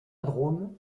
drôme